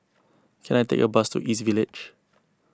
can I take a bus to East Village